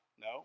No